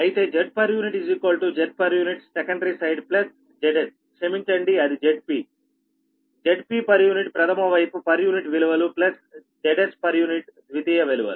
అయితే Z Z secondary side Zs క్షమించండి అది ZpZp ప్రథమ వైపు పర్ యూనిట్ విలువలు ప్లస్ Zs ద్వితీయ విలువలు